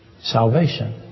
salvation